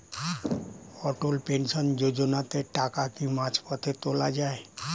অটল pension যোজনাতে টাকা কি মাঝপথে তোলা যায়?